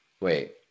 Wait